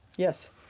Yes